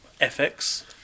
FX